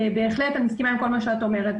בהחלט אני מסכימה עם כל מה שאת אומרת.